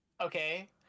Okay